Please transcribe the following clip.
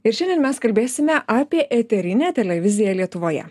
ir šiandien mes kalbėsime apie eterinę televiziją lietuvoje